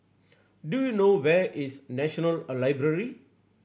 do you know where is National a Library